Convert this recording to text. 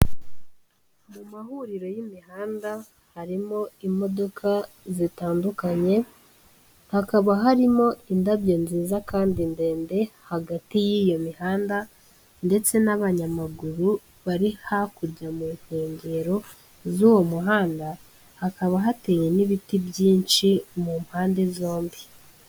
Mu mahuriro y'imihanda harimo imodoka zitandukanye, hakaba harimo indabyo nziza kandi ndende hagati y'iyo mihanda, ndetse n'abanyamaguru bari hakurya mu nkengero z'uwo muhanda, hakaba hateye n'ibiti byinshi mu mpande zombi.